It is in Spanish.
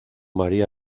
maría